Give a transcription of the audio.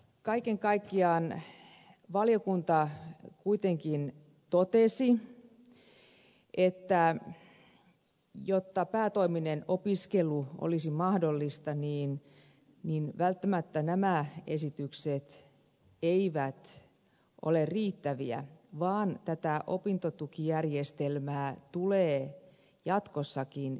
kaiken kaikkiaan valiokunta kuitenkin totesi että jotta päätoiminen opiskelu olisi mahdollista niin välttämättä nämä esitykset eivät ole riittäviä vaan tätä opintotukijärjestelmää tulee jatkossakin kehittää